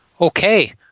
Okay